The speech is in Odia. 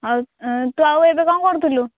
ହଉ ତୁ ଆଉ ଏବେ କ'ଣ କରୁଥିଲୁ